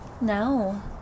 No